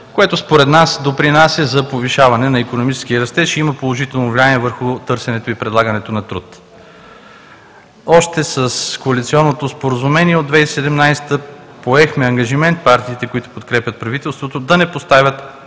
което според нас допринася за повишаване на икономическия растеж и има положително влияние върху търсенето и предлагането на труд. Още с коалиционното споразумение от 2017 г. поехме ангажимент партиите, които подкрепят правителството, да не поставят